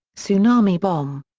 tsunami bomb.